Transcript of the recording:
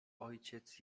ojciec